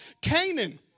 Canaan